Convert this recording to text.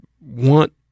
want